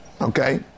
Okay